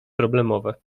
problemowe